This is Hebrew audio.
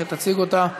שתציג אותה כעת,